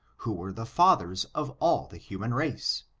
who were the fathers of all the human race.